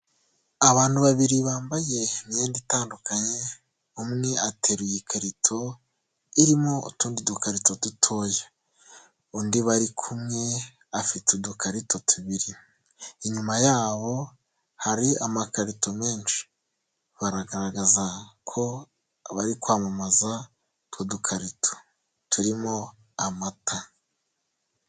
Abantu babiri bambaye imyenda itandukanye, umwe ateruye ikarito irimo utundi dukarito dutoya, undi bari kumwe afite udukarito tubiri, inyuma yabo hari amakarito menshi baragaragaza ko bari kwamamaza utwo dukarito turimo amata.